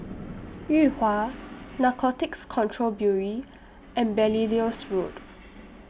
Yuhua Narcotics Control Bureau and Belilios Road